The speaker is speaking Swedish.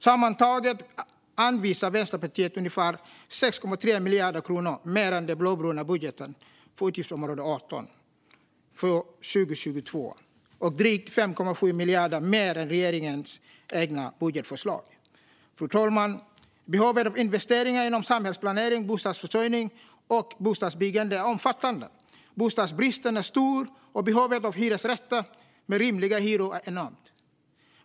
Sammantaget anvisar Vänsterpartiet ungefär 6,3 miljarder kronor mer än den blåbruna budgeten för utgiftsområde 18 för 2022 och drygt 5,7 miljarder mer än regeringens eget budgetförslag. Fru talman! Behovet av investeringar inom samhällsplanering, bostadsförsörjning och bostadsbyggande är omfattande. Bostadsbristen är stor, och behovet av hyresrätter med rimliga hyror är enormt.